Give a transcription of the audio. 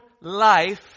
life